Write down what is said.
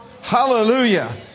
Hallelujah